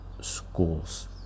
schools